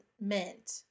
meant